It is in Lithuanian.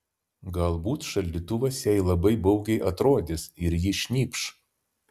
galbūt šaldytuvas jai labai baugiai atrodys ir ji šnypš